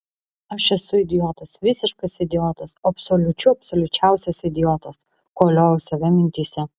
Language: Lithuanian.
aš esu idiotas visiškas idiotas absoliučių absoliučiausias idiotas koliojau save mintyse